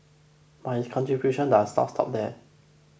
but his contributions does not stop there